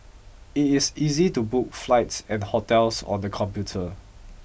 it is easy to book flights and hotels on the computer